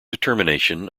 determination